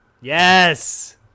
Yes